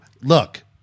Look